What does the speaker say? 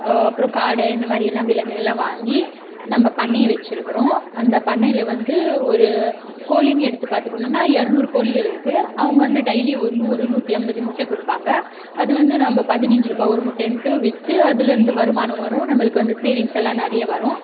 அப்புறம் காடை இந்த மாதிரியெல்லாம் விலங்குகளெலாம் வாங்கி நம்ம பண்ணையை வச்சுருக்குறோம் அந்த பண்ணையில் வந்து ஒரு கோழின்னு எடுத்து பார்த்துக்குணுன்னா இரநூறு கோழிகள் இருக்குது அவங்க வந்து டெயிலி நூறு நூற்றி ஐம்பது முட்டை கொடுப்பாங்க அது வந்து நம்ம பதினைஞ்சி ரூபாய் ஒரு முட்டைன்ட்டு விற்று அதுலேருந்து வருமானம் வரும் நம்மளுக்கு வந்து சேவிங்ஸெல்லாம் நிறைய வரும்